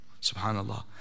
subhanallah